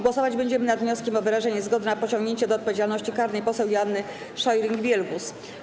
Głosować będziemy nad wnioskiem o wyrażenie zgody na pociągnięcie do odpowiedzialności karnej poseł Joanny Scheuring-Wielgus.